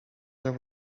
their